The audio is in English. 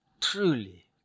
truly